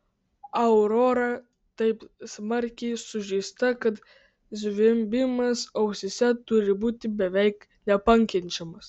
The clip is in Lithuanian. aurora taip smarkiai sužeista kad zvimbimas ausyse turi būti beveik nepakenčiamas